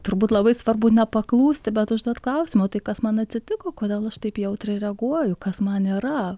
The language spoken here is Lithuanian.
turbūt labai svarbu nepaklūsti bet užduot klausimą o tai kas man atsitiko kodėl aš taip jautriai reaguoju kas man yra